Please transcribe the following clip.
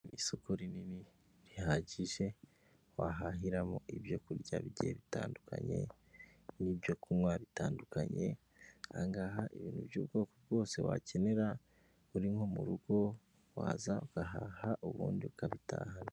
Isoko rinini rihagije, wahahiramo ibyo kurya bigiye bitandukanye, n'ibyo kunywa bitandukanye, ahangaha ibintu by'ubwoko bwose wakenera, uri nko mu rugo waza ugahaha ubundi ukabitahana.